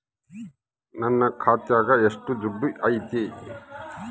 ನನ್ನ ಖಾತ್ಯಾಗ ಎಷ್ಟು ದುಡ್ಡು ಐತಿ?